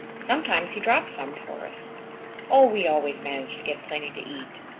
sometimes he drops some for us. oh, we always manage to get plenty to eat.